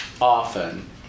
often